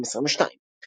פברואר 2022 ,